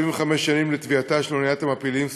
75 שנים לטביעתה של אוניית המעפילים "סטרומה".